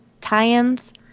tie-ins